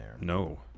No